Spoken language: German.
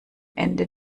ende